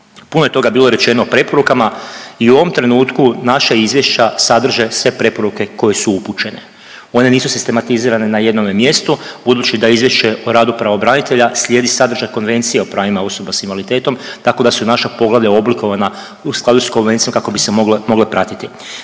Puno je toga bilo rečeno o preporukama i u ovom trenutku naša izvješća sadrže sve preporuke koje su upućene. One nisu sistematizirane na jednome mjestu. Budući da je izvješće o radu pravobranitelja slijedi sadržaj Konvencije o pravima osoba sa invaliditetom, tako da su naša poglavlja oblikovana u skladu sa konvencijom kako bi se mogle pratiti.